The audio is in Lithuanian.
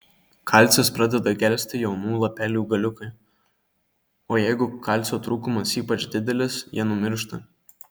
kalcis pradeda gelsti jaunų lapelių galiukai o jeigu kalcio trūkumas ypač didelis jie numiršta